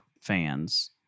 fans